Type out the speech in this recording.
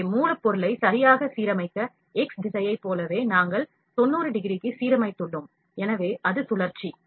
எனவே மூலப்பொருளை சரியாக சீரமைக்க x திசையைப் போலவே நாங்கள் 90 டிகிரிக்கு சீரமைத்துள்ளோம் எனவே அது சுழற்சி